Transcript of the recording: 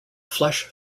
flash